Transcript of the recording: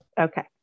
Okay